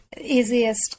easiest